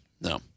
No